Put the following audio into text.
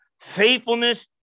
faithfulness